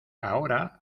ahora